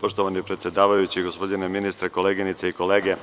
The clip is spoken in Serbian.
Poštovani predsedavajući, poštovani ministre, koleginice i kolege,